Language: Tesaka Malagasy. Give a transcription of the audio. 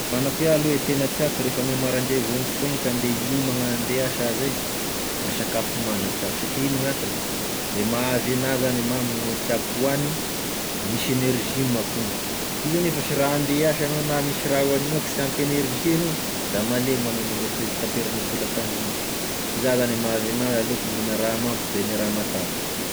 Magnano akoa iaho aloha e tena tiàko refa ame a maraindray vao mifoha igny k'andeha hiomana ande hiasa ah zay da sakafo mame e tiàko, satria ino gn'antony e mahaavy agna zany e mame tiàko hoagny, misy energie manko ony, izy nefa sy raha ande hiasa anao na misy raha ho hagnianao ko sy ampy energie anao da malemy anao mandram-pitaperagne tolakandrognao, zah zany mahaavy agnah aleoko mihigna raha mame toy zay raha matavy.